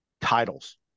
titles